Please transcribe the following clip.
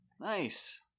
Nice